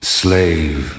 slave